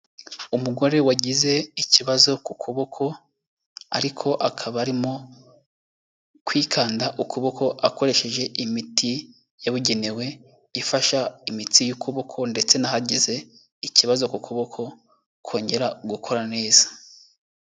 Umugore wagize ikibazo ku kuboko, ariko akaba arimo kwikanda ukuboko akoresheje imiti yabugenewe ifasha imitsi y'ukuboko ndetse n'ahagize ikibazo ku kuboko kongera gukora neza.